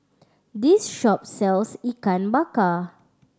this shop sells Ikan Bakar